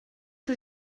que